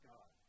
God